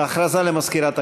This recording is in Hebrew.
הודעה למזכירת הכנסת.